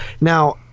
Now